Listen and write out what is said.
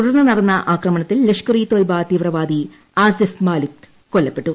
തുടർന്ന് നടന്ന ആക്രമണത്തിൽ ലഷ്കർ ഇ തൊയ്ബ തീവ്രവാദി ആസിഫ് മാലിക് കൊല്ലപ്പെട്ടു